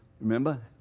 Remember